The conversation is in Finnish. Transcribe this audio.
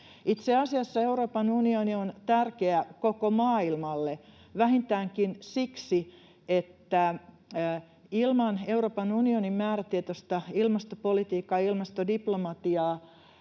Itse asiassa Euroopan unioni on tärkeä koko maailmalle vähintäänkin siksi, että ilman Euroopan unionin määrätietoista ilmastopolitiikkaa ja ilmastodiplomatiaa